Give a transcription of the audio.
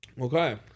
Okay